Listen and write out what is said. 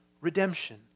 redemption